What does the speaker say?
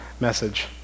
message